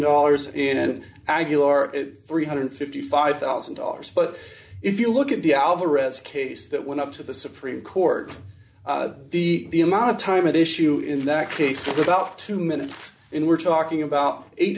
dollars in aguilar three hundred and fifty five thousand dollars but if you look at the alvarez case that went up to the supreme court the the amount of time at issue in that case was about two minutes in we're talking about eight